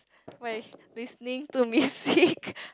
by listening to me speak